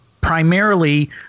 primarily